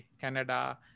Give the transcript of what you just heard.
canada